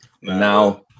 Now